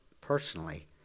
personally